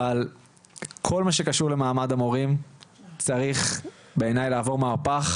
אבל כל מה שקשור למעמד המורים צריך בעיניי לעבור מהפך,